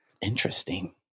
Interesting